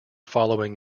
following